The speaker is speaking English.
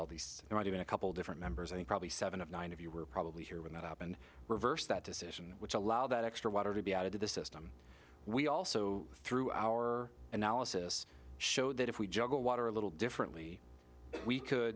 all these are not even a couple different members and probably seven of nine of you were probably here when that happened reversed that decision which allowed that extra water to be added to the system we also through our analysis showed that if we juggled water a little differently we could